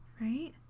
right